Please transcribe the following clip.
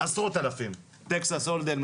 עשרות אלפים טקסס הולדם.